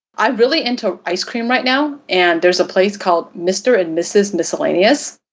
i'm really into ice cream right now and there's a place called mr. and mrs. miscellaneous.